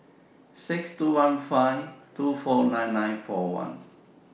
six two one five two four nine nine four one